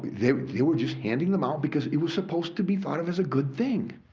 they were just handing them out because it was supposed to be thought of as a good thing.